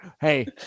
Hey